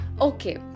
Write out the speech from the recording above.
Okay